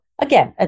again